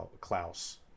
klaus